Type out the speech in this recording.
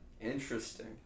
Interesting